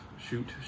Shoot